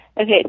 Okay